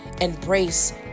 embrace